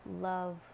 love